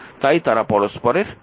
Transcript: তাই তারা পরস্পরের সমান্তরাল